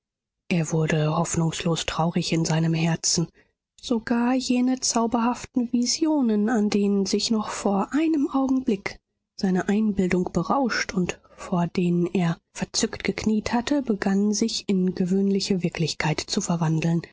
er wurde hoffnungslos traurig in seinem herzen sogar jene zauberhaften visionen an denen sich noch vor einem augenblick seine einbildung berauscht und vor denen er verzückt gekniet hatte begannen sich in gewöhnliche wirklichkeit zu verwandeln